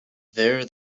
there